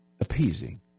appeasing